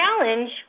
challenge